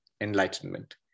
enlightenment